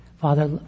Father